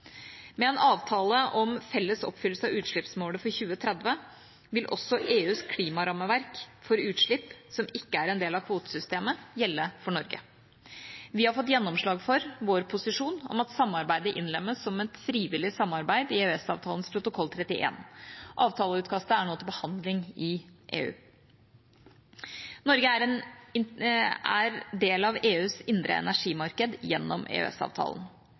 Med en avtale om felles oppfyllelse av utslippsmålet for 2030 vil også EUs klimarammeverk for utslipp som ikke er en del av kvotesystemet, gjelde for Norge. Vi har fått gjennomslag for vår posisjon om at samarbeidet innlemmes som et frivillig samarbeid i EØS-avtalens protokoll 31. Avtaleutkastet er nå til behandling i EU. Norge er del av EUs indre energimarked gjennom